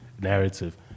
narrative